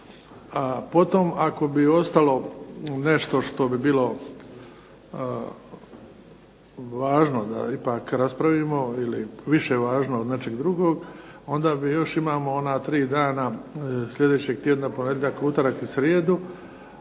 a potom ako bi ostalo nešto što bi bilo važno da ipak raspravimo ili više važno od nečeg drugog onda još imamo ona tri dana sljedećeg tjedna ponedjeljak, utorak i srijedu